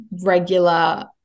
regular